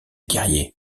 guerriers